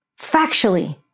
factually